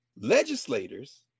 legislators